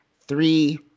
three